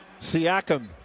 Siakam